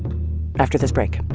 after this break